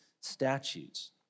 statutes